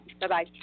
bye-bye